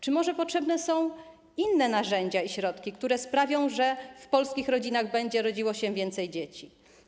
Czy może potrzebne są inne narzędzia i środki, które sprawią, że w polskich rodzinach będzie rodziło się więcej dzieci?